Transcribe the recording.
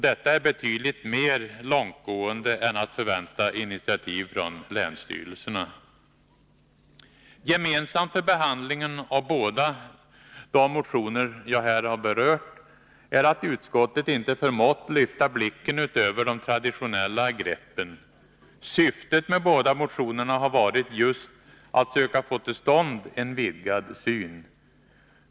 Detta är betydligt mer långtgående än att förvänta initiativ från länsstyrelserna. Gemensamt för behandlingen av båda de motioner som jag här har berört är att utskottet inte har förmått lyfta blicken och göra något annat än de traditionella greppen. Syftet med båda motionerna har varit just att söka få till stånd en vidgad syn.